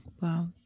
wow